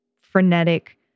frenetic